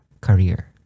career